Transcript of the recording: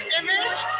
image